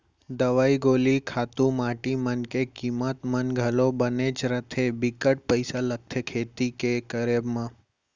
दवई गोली खातू माटी मन के कीमत मन घलौ बनेच रथें बिकट पइसा लगथे खेती के करब म